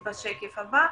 משכנעות.